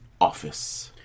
office